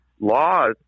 laws